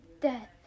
death